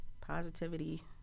positivity